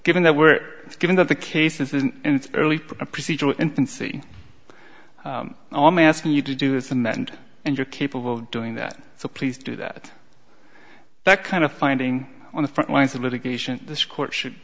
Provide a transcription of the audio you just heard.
given that we're given that the case is an early procedural infancy and i'm asking you to do is and and you're capable of doing that so please do that that kind of finding on the front lines of litigation this court should